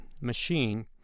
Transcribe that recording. machine